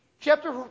chapter